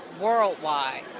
worldwide